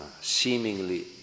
seemingly